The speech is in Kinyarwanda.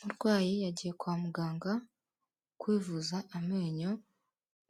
Umurwayi yagiye kwa muganga kwivuza amenyo,